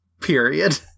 period